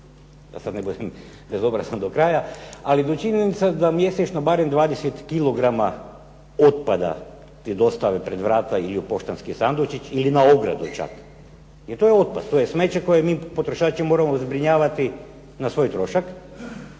da sad ne budem bezobrazan do kraja. Ali činjenica da mjesečno barem 20 kg otpada ti dostave pred vrata ili u poštanski sandučić ili na ogradu čak. Jer to je otpad. To je smeće koje mi potrošači moramo zbrinjavati na svoj trošak.